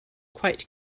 quite